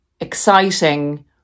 exciting